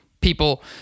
people